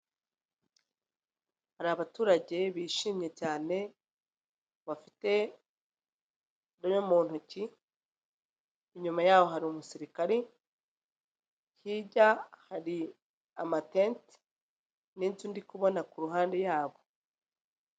Hari abaturage bishimye cyane bafite imwe mu ntoki, inyuma yaho hari umusirikare, hirya hari amatete ndetse n'inzu ndi kubona ku ruhande yabo.